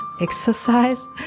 exercise